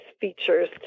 features